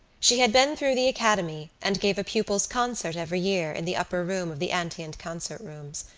she had been through the academy and gave a pupils' concert every year in the upper room of the antient concert rooms.